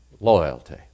loyalty